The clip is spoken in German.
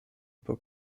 über